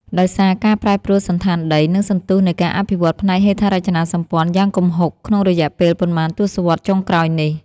ដោយសារ ការប្រែប្រួលសណ្ឋានដី និងសន្ទុះនៃការអភិវឌ្ឍផ្នែកហេដ្ឋារចនាសម្ព័ន្ធយ៉ាងគំហុកក្នុងរយៈពេលប៉ុន្មានទសវត្សរ៍ចុងក្រោយនេះ។